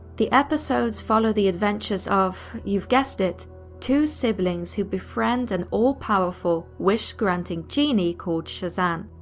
the episodes follow the adventures of you've guessed it two siblings who befriend an all powerful, wish-granting genie called shazzan.